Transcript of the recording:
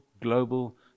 global